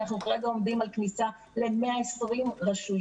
אנחנו כרגע עומדים על כניסה ל-120 רשויות,